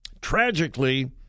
tragically